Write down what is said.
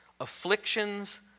Afflictions